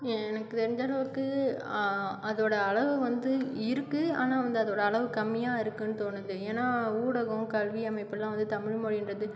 எனக்கு தெரிஞ்சளவுக்கு அதோட அளவு வந்து இருக்கு ஆனால் வந்து அதோட அளவு கம்மியாக இருக்குன்னு தோணுது ஏன்னா ஊடகம் கல்வி அமைப்பிலலாம் வந்து தமிழ்மொழின்றது